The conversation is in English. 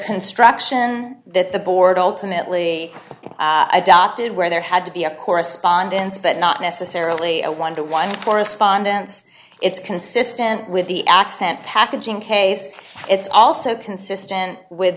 construction that the board ultimately i dop did where there had to be a correspondence but not necessarily a one dollar to one dollar correspondence it's consistent with the accent packaging case it's also consistent with